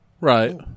Right